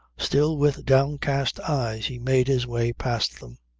still with downcast eyes, he made his way past them.